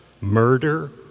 murder